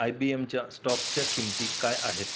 I बी एमच्या स्टॉकच्या किमती काय आहेत